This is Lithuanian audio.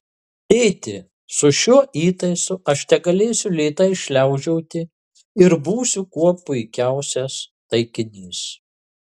tėti su šiuo įtaisu aš tegalėsiu lėtai šliaužioti ir būsiu kuo puikiausias taikinys